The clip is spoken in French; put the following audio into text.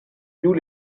nous